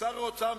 שר האוצר,